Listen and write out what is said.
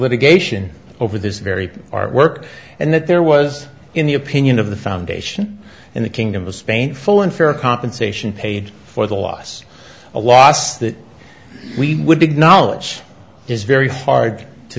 litigation over this very artwork and that there was in the opinion of the foundation in the kingdom of spain full and fair compensation paid for the loss a loss that we would big knowledge is very hard to